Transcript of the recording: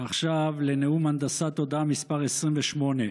ועכשיו לנאום הנדסת תודעה מס' 28,